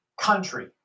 Country